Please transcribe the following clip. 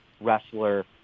wrestler